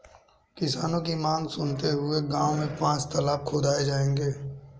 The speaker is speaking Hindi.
किसानों की मांग सुनते हुए गांव में पांच तलाब खुदाऐ जाएंगे